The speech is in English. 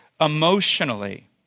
emotionally